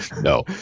No